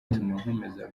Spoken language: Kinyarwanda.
nkomeza